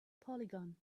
polygon